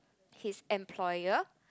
his employer